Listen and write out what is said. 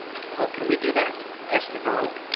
how can we do that? asked the girl.